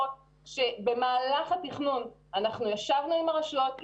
במהלך התכנון ישבנו עם הרשויות,